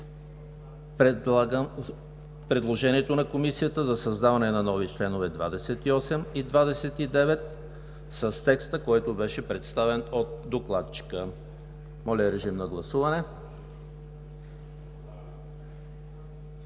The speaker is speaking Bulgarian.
предложението на Комисията за създаване на нови членове 28 и 29 с текста, който беше представен от докладчика. Гласували